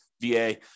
VA